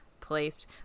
placed